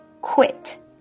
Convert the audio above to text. quit